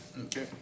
Okay